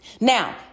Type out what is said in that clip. Now